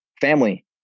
family